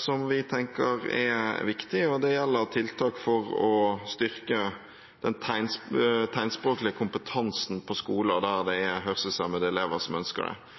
som vi tenker er viktig, og det gjelder tiltak for å styrke den tegnspråklige kompetansen på skoler der det er hørselshemmede elever som ønsker det.